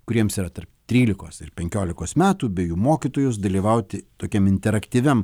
kuriems yra tarp trylikos ir penkiolikos metų bei jų mokytojus dalyvauti tokiam interaktyviam